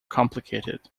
complicated